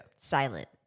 Silent